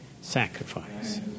sacrifice